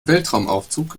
weltraumaufzug